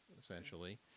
essentially